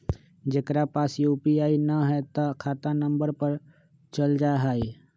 जेकरा पास यू.पी.आई न है त खाता नं पर चल जाह ई?